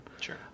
sure